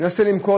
מנסה למכור,